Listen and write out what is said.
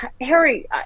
Harry